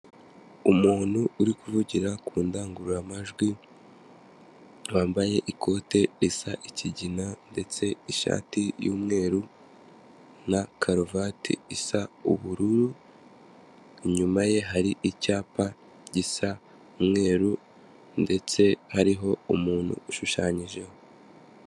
Umuntu uri kuvugira ku ndangururamajwi, wambaye ikote risa ikigina ndetse ishati y'umweru na karuvati isa ubururu, inyuma ye hari icyapa gisa umweru ndetse hariho umuntu ushushanyijeho.